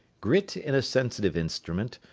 grit in a sensitive instrument,